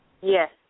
Yes